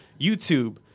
YouTube